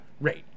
rate